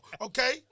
Okay